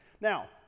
Now